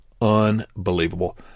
unbelievable